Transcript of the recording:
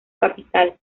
capital